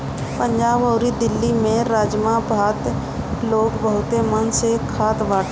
पंजाब अउरी दिल्ली में राजमा भात लोग बहुते मन से खात बाटे